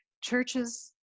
churches